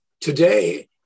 today